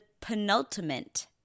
penultimate